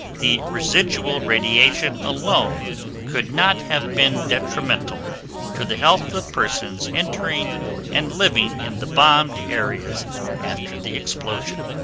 the residual radiation alone could not have been detrimental to the health of persons entering and living in the bombed areas after the explosion.